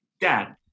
dad